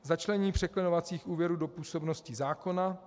Začlenění překlenovacích úvěrů do působnosti zákona.